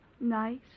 Nice